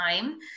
time